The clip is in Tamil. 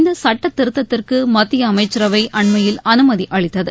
இந்த சுட்டத்திருத்தத்திற்கு மத்திய அமைச்சரவை அண்மையில் அனுமதி அளித்தது